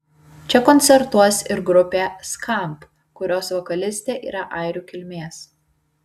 čia koncertuos ir grupė skamp kurios vokalistė yra airių kilmės